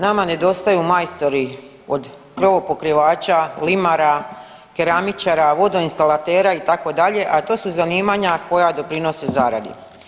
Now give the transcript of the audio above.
Nama nedostaju majstori, od krovopokrivača, limara, keramičara, vodoinstalatera, itd., a to su zanimanja koja doprinose zaradi.